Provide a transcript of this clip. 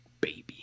baby